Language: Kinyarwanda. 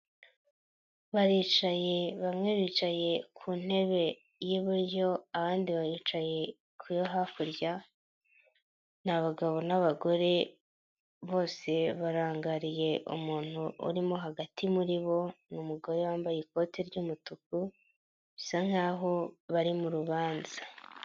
Baricaye bamwe bicaye ku ntebe y'iburyo abandi bacaye ku yo hakurya, ni abagabo n'abagore bose barangariye umuntu urimo hagati muri bo ni umugore wambaye ikoti ry'umutuku bisa nk'aho bari mu rubanza.